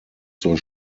zur